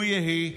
לו יהי.